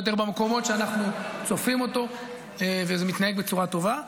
יותר במקומות שאנחנו צופים אותו וזה מתנהג בצורה טובה.